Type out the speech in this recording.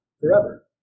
forever